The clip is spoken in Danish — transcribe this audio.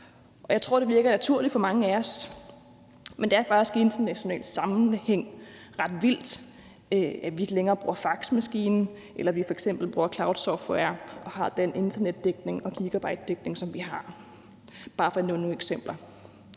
jeg tror, det virker naturligt for mange af os. Men det er faktisk i en international sammenhæng ret vildt, at vi ikke længere bruger faxmaskinen, eller at vi f.eks. bruger cloudsoftware og at vi har den internetdækning og den gigabitdækning, som vi har, og det er bare for at nævne nogle eksempler,